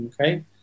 Okay